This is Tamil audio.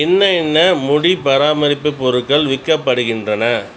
என்ன என்ன முடி பராமரிப்பு பொருட்கள் விற்கப்படுகின்றன